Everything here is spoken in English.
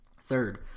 Third